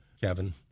Kevin